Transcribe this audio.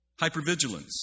Hypervigilance